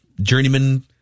journeyman